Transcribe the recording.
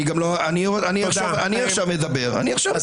אני גם לא --- אני עכשיו מדבר, אני עכשיו מדבר.